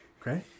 Okay